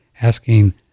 asking